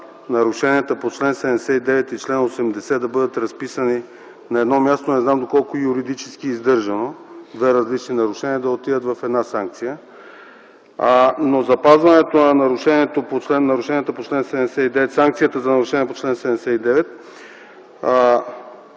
нарушенията по чл. 79 и чл. 80 да бъдат разписани на едно място. Не знам доколко юридически е издържано две различни нарушения да отидат в една санкция. Но запазването на нарушенията по чл. 79, санкцията по чл. 79